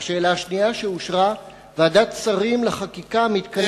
והשאלה השנייה שאושרה: ועדת שרים לחקיקה מתכנסת,